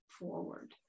forward